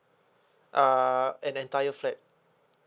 ah an entire flat